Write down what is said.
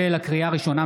לקריאה ראשונה,